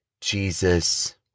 Jesus